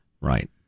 Right